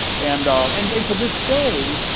and and and to this day,